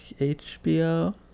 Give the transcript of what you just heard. HBO